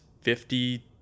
fifty